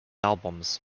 albums